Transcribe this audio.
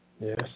Yes